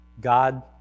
God